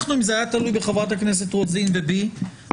אם זה היה תלוי בחברת הכנסת רוזין ובי,